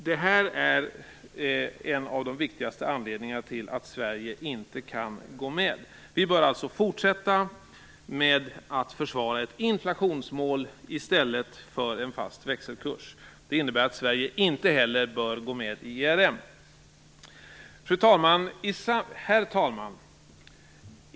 Detta är en av de viktigaste anledningarna till att Sverige inte kan gå med. Vi bör alltså fortsätta med att försvara ett inflationsmål i stället för en fast växelkurs. Det innebär att Sverige inte heller bör gå med i ERM. Herr talman!